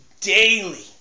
daily